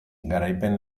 garaipen